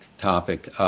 topic